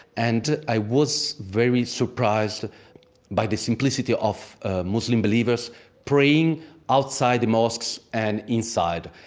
and i was very surprised by the simplicity of ah muslim believers praying outside the mosques and inside.